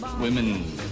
Women